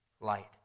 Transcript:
light